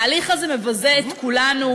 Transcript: ההליך הזה מבזה את כולנו,